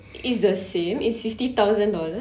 it's the same it's fifty thousand dollars